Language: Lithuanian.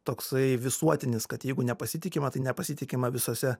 toksai visuotinis kad jeigu nepasitikima tai nepasitikima visose